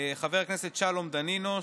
חברי הכנסת שלום דנינו,